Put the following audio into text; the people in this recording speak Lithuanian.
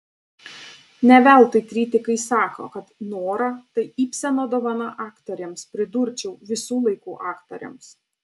ne veltui kritikai sako kad nora tai ibseno dovana aktorėms pridurčiau visų laikų aktorėms